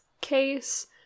case